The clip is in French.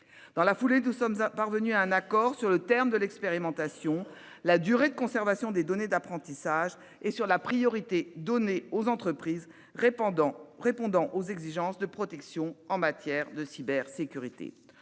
Dans la foulée, nous sommes parvenus à un accord sur le terme de l'expérimentation, la durée de conservation des données d'apprentissage et la priorité accordée aux entreprises répondant aux exigences de protection en matière de cybersécurité.